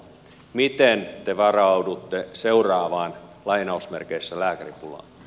miten te varaudutte seuraavaan lainausmerkeissä lääkäripulaan